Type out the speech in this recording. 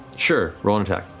sure, roll an attack.